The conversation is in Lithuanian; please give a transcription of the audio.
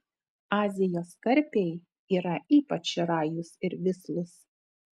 azijos karpiai yra ypač rajūs ir vislūs